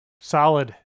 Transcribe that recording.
Solid